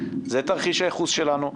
זה תרחיש הייחוס שלנו,